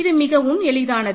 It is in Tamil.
இது மிகவும் எளிதானது